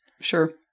Sure